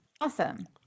Awesome